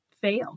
fail